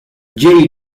jade